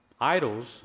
idols